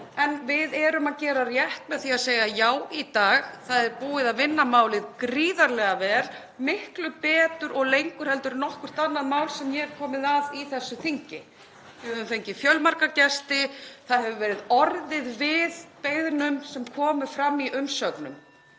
en við erum að gera rétt með því að segja já í dag. Það er búið að vinna málið gríðarlega vel, miklu betur og lengur en nokkurt annað mál sem ég hef komið að í þessu þingi. Við höfum fengið fjölmarga gesti og orðið hefur verið við beiðnum sem komu fram í umsögnum.